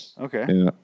Okay